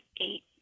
eight